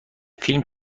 فیلم